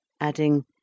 adding